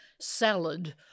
salad